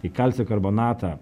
į kalcio karbonatą